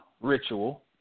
ritual